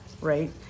right